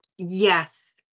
Yes